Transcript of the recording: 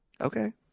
Okay